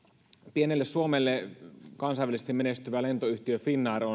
pienelle suomelle kansainvälisesti menestyvä lentoyhtiö finnair